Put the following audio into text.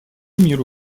миру